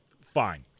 fine